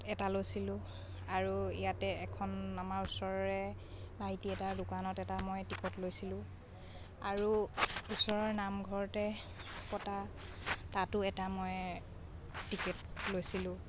এটা লৈছিলোঁ আৰু ইয়াতে এখন আমাৰ ওচৰৰে ভাইটি এটাৰ দোকানত এটা মই টিকট লৈছিলোঁ আৰু ওচৰৰে নামঘৰতে পতা তাতো এটা মই টিকেট লৈছিলোঁ